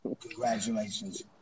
Congratulations